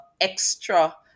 extra